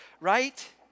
right